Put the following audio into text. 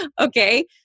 Okay